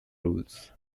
rules